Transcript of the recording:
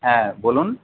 হ্যাঁ বলুন